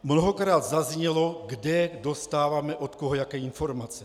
Mnohokrát zaznělo, kde dostáváme od koho jaké informace.